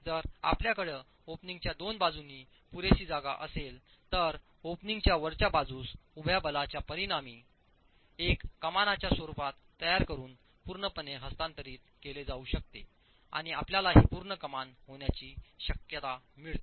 जर आपल्याकडे ओपनिंगच्या दोन बाजूंनी पुरेशी जागा असेल तर ओपनिंगच्या वरच्या बाजूस उभ्या बलाच्या परिणामी एक कमानाच्या स्वरूपात तयार करून पूर्णपणे हस्तांतरित केले जाऊ शकते आणि आपल्याला हे पूर्ण कमान होण्याची शक्यता मिळते